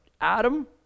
Adam